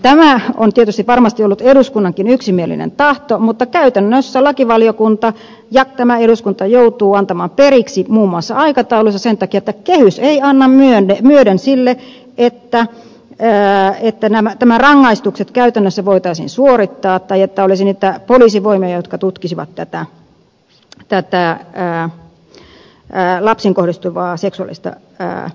tämä on varmasti ollut eduskunnankin yksimielinen tahto mutta käytännössä lakivaliokunta ja tämä eduskunta joutuu antamaan periksi muun muassa aikatauluissa sen takia että kehys ei anna myöten sille että nämä rangaistukset käytännössä voitaisiin suorittaa tai että olisi niitä poliisivoimia jotka tutkisivat lapsiin kohdistuvaa seksuaalista väkivaltaa